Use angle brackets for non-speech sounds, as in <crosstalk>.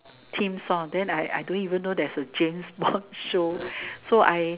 theme song then I I don't even know there's a James-Bond <breath> show so I